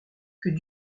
que